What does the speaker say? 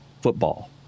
football